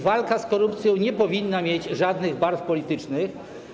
Walka z korupcją nie powinna mieć żadnych barw politycznych.